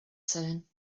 turn